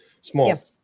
small